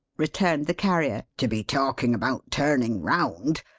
returned the carrier, to be talking about turning round,